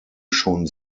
schon